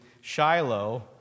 Shiloh